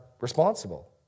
responsible